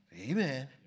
Amen